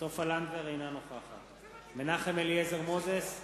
אינה נוכחת מנחם אליעזר מוזס,